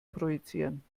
projizieren